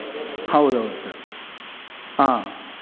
ಹೌದು ಹೌದು ಸರ್ ಆಂ